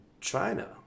China